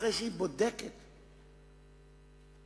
אחרי שהיא בודקת כראוי,